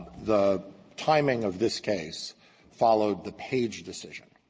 the timing of this case followed the page decision.